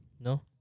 No